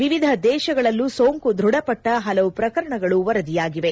ವಿವಿಧ ದೇಶಗಳಲ್ಲೂ ಸೋಂಕು ದೃಢಪಟ್ಲ ಹಲವು ಪ್ರಕರಣಗಳು ವರದಿಯಾಗಿವೆ